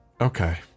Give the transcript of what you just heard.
Okay